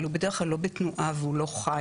אבל הוא בדרך כלל לא בתנועה והוא לא חי.